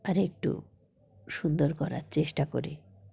আর একটু সুন্দর করার চেষ্টা করি